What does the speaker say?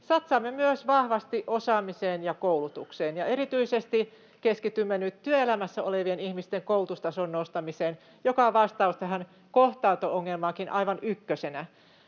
Satsaamme myös vahvasti osaamiseen ja koulutukseen, ja erityisesti keskitymme nyt työelämässä olevien ihmisten koulutustason nostamiseen, joka on vastaus tähän kohtaanto-ongelmaankin aivan ykkösenä.